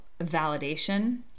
validation